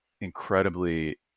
incredibly